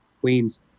Queens